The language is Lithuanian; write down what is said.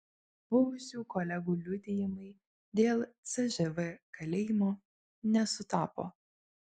buvusių kolegų liudijimai dėl cžv kalėjimo nesutapo